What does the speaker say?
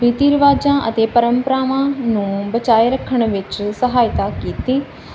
ਤੇਤੀ ਰਿਵਾਜਾਂ ਅਤੇ ਪਰੰਪਰਾਵਾਂ ਨੂੰ ਬਚਾਏ ਰੱਖਣ ਵਿੱਚ ਸਹਾਇਤਾ ਕੀਤੀ ਕਿਤਾਬ